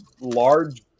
large